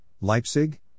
Leipzig